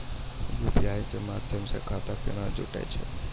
UPI के माध्यम से खाता केना जुटैय छै?